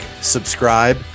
subscribe